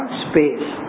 space